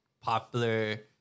popular